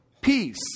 peace